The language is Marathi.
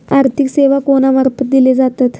आर्थिक सेवा कोणा मार्फत दिले जातत?